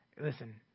listen